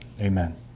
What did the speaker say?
amen